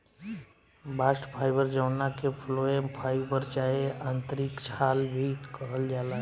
bast fibre जवना के phloem fibre चाहे आंतरिक छाल भी कहल जाला